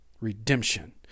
Redemption